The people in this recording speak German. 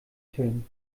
film